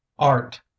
Art